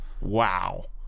wow